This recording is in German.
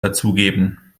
dazugeben